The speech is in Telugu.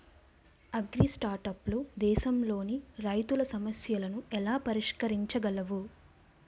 అగ్రిస్టార్టప్లు దేశంలోని రైతుల సమస్యలను ఎలా పరిష్కరించగలవు?